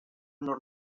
nord